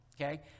Okay